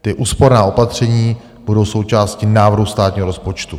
Ta úsporná opatření budou součástí návrhu státního rozpočtu.